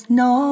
no